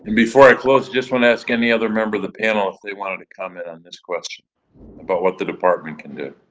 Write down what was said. before i close, i just want to ask any other member of the panel if they wanted to comment on this question about what the department can do.